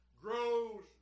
grows